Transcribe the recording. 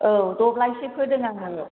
औ दब्लायसे फोदों आङो